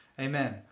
Amen